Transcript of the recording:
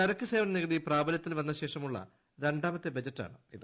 ചരക്കു സേവന നികുതി പ്രാബലൃത്തിൽ വന്ന ശേഷമുളള രണ്ടാമത്തെ ബജറ്റാണ് ഇത്